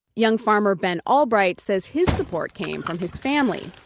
young farmer ben albright says his support came from his family.